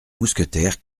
mousquetaires